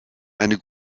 eine